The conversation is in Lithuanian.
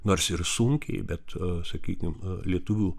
nors ir sunkiai bet sakykim lietuvių